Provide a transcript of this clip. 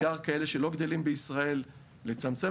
ובעיקר על כאלה שלא גדלים בישראל; לצמצם